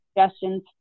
suggestions